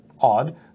odd